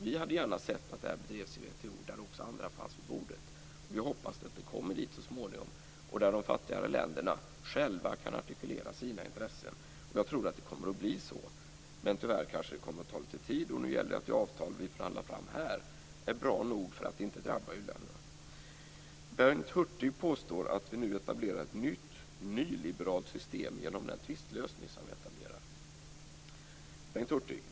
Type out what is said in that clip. Vi hade gärna sett att det här bedrevs i WTO där också andra finns vid bordet. Vi hoppas att det kommer dit så småningom. Där kan de fattigare länderna själva artikulera sina intressen. Jag tror att det kommer att bli så, men tyvärr kanske det kommer att ta litet tid. Nu gäller det att det avtal vi förhandlar fram här är bra nog för att inte drabba uländerna. Bengt Hurtig påstår att vi nu skapar ett nytt nyliberalt system genom den tvistlösning vi etablerar.